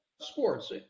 sports